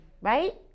right